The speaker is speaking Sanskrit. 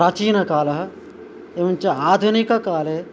प्राचीनकालः एवञ्च आधुनिककाले